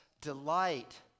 delight